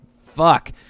fuck